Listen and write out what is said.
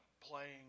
playing